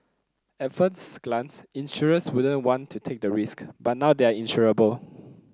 at first glance insurers wouldn't want to take the risk but now they are insurable